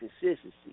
consistency